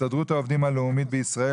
הסתדרות העובדים הלאומית בישראל,